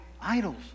idols